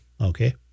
Okay